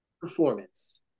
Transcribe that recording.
performance